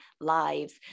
lives